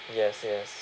yes yes